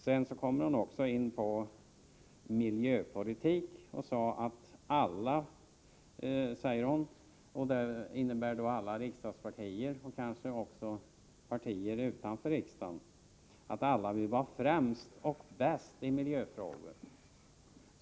Sedan kom Grethe Lundblad in på miljöpolitik och sade att alla — dvs. alla riksdagspartier och kanske också partier utanför riksdagen — vill vara främst och bäst i miljöfrågor.